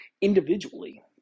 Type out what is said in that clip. individually